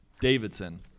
Davidson